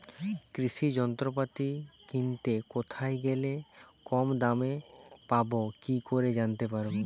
কৃষি যন্ত্রপাতি কিনতে কোথায় গেলে কম দামে পাব কি করে জানতে পারব?